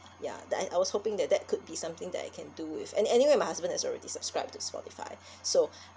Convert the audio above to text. ya that I I was hoping that that could be something that I can do with an~ anyway my husband has already subscribed to spotify so